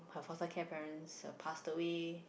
her foster care parents uh passed away